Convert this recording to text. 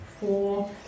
four